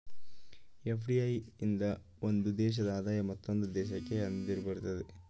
FDI ಇಂದ ಒಂದು ದೇಶದ ಆದಾಯ ಮತ್ತೊಂದು ದೇಶಕ್ಕೆ ಹರಿದುಬರುತ್ತದೆ